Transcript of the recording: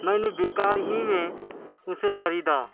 میں نے بےکار ہی میں اسے خریدا